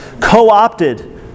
co-opted